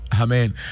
Amen